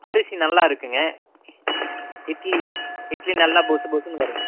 அரிசி நல்லா இருக்குங்க இட்லி இட்லி நல்லா பொசு பொசுன்னு வரும்